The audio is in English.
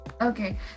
Okay